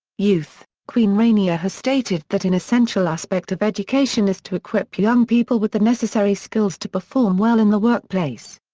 youth queen rania has stated that an essential aspect of education education is to equip young people with the necessary skills to perform well in the workplace.